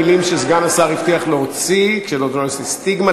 המילים שסגן השר הבטיח להוציא כי לדעתו זו סטיגמה,